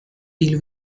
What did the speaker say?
deal